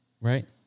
right